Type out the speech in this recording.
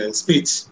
speech